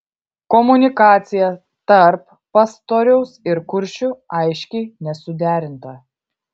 komunikacija tarp pastoriaus ir kuršių aiškiai nesuderinta